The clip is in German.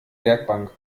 werkbank